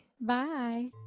Bye